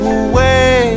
away